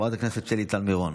חברת הכנסת שלי טל מירון.